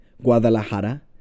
Guadalajara